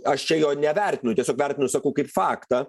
aš čia jo nevertinu tiesiog vertinu sakau kaip faktą